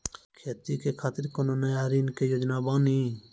खेती के खातिर कोनो नया ऋण के योजना बानी?